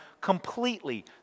completely